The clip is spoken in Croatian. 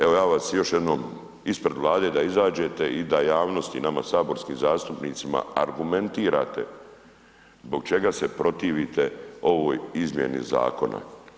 Evo, ja vas još jednom ispred Vlade da izađete i da javnosti, nama saborskim zastupnicima argumentirate zbog čega se protivite ovoj izmjeni zakona.